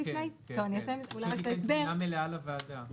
אני חושב שכן, כדי שתהיה תמונה מלאה בפני הוועדה.